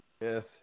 Yes